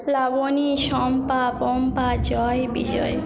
Laboni Shampa Pampa Joy Bijoy